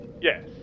Yes